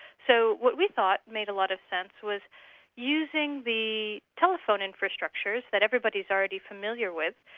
so what we thought made a lot of sense was using the telephone infrastructures that everybody is already familiar with,